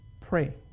pray